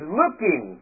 looking